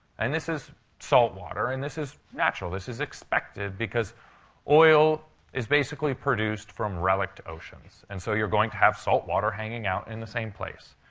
and this is salt water. and this is natural. this is expected. because oil is basically produced from relic-ed oceans. and so you're going to have salt water hanging out in the same place.